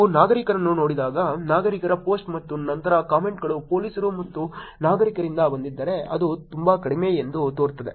ನೀವು ನಾಗರಿಕರನ್ನು ನೋಡುವಾಗ ನಾಗರಿಕರ ಪೋಸ್ಟ್ ಮತ್ತು ನಂತರ ಕಾಮೆಂಟ್ಗಳು ಪೊಲೀಸರು ಮತ್ತು ನಾಗರಿಕರಿಂದ ಬಂದಿದ್ದರೆ ಅದು ತುಂಬಾ ಕಡಿಮೆ ಎಂದು ತೋರುತ್ತದೆ